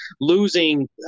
losing